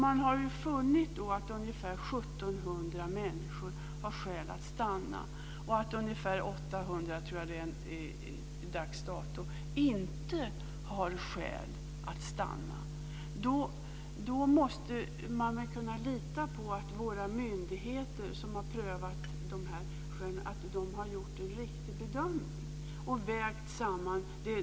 Man har funnit att ungefär 1 700 människor har skäl att stanna och att ungefär 800 till dags dato inte har skäl att stanna. Då måste man kunna lita på att våra myndigheter, som har prövat dessa skäl, har gjort en riktig bedömning och vägt samman allt.